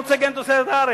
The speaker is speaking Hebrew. לא רוצה להגן על תוצרת הארץ.